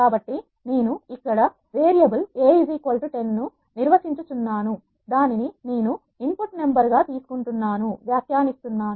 కాబట్టి నేను ఇక్కడ వేరియబుల్ a10 ను నిర్వచించుచున్నాను దానిని నేను ఇన్ పుట్ నెంబర్ గా వ్యాఖ్యానిస్తున్నాను